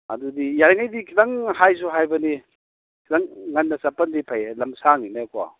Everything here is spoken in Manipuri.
ꯑꯗꯨꯗꯤ ꯌꯥꯔꯤꯉꯩꯗꯤ ꯈꯤꯇꯪ ꯍꯥꯏꯁꯨ ꯍꯥꯏꯕꯅꯤ ꯈꯤꯇꯪ ꯉꯟꯅ ꯆꯠꯄꯅꯗꯤ ꯐꯩꯌꯦ ꯂꯝꯁꯥꯡꯅꯤꯅꯀꯣ